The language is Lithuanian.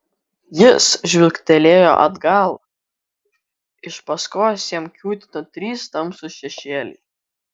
jis žvilgtelėjo atgal iš paskos jam kiūtino trys tamsūs šešėliai